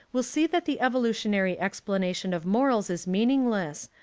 will see that the evolutionary explanation of morals is meaningless,